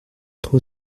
trop